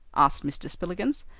asked mr. spillikins.